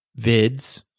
vids